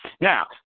Now